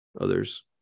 others